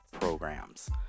programs